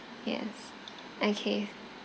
yes okay